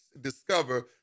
discover